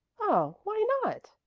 oh, why not?